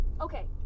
Okay